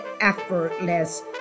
effortless